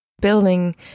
building